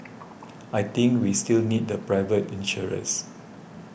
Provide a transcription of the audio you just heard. I think we still need the private insurers